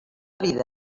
vida